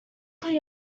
clear